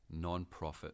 nonprofit